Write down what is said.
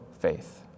faith